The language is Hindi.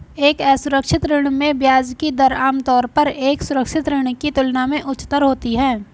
एक असुरक्षित ऋण में ब्याज की दर आमतौर पर एक सुरक्षित ऋण की तुलना में उच्चतर होती है?